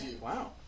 Wow